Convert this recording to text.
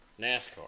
NASCAR